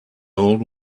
old